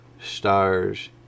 stars